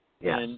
Yes